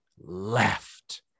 left